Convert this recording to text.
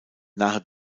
nahe